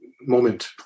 moment